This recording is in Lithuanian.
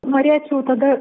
norėčiau tada